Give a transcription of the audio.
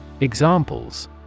Examples